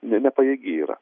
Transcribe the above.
ji nepajėgi yra